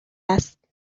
است